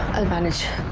manage.